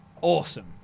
Awesome